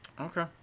Okay